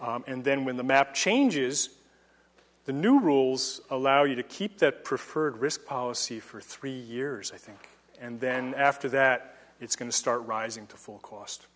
and then when the map changes the new rules allow you to keep the preferred risk policy for three years i think and then after that it's going to start rising to full cost